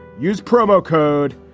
use promo code,